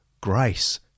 grace